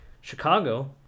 Chicago